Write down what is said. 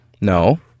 No